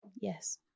Yes